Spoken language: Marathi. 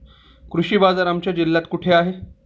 कृषी बाजार आमच्या जिल्ह्यात कुठे आहे?